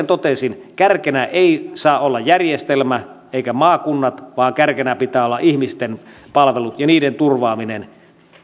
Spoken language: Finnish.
totesin kärkenä ei saa olla järjestelmä eivätkä maakunnat vaan kärkenä pitää olla ihmisten palvelut ja niiden turvaaminen